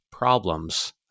problems